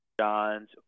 John's